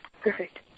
Perfect